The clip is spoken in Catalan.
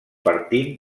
partint